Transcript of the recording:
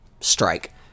strike